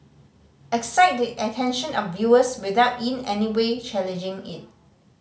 excite the attention of viewers without in any way challenging it